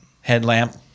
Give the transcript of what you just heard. Headlamp